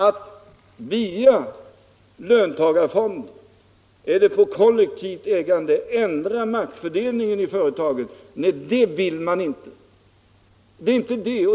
Att via löntagarfonder eller kollektivt ägande ändra maktfördelningen i företagen — det vill man inte.